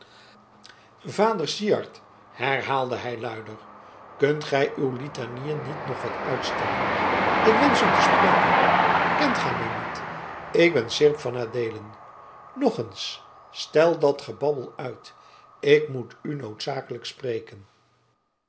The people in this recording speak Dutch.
vader syard herhaalde hij luider kunt gij uw litanieën niet nog wat uitstellen ik wensch u te spreken kent gij mij niet ik ben seerp van adeelen nog eens stel dat gebabbel uit ik moet u noodzakelijk spreken